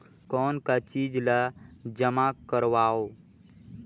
कौन का चीज ला जमा करवाओ?